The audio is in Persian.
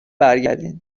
برگردین